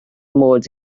mod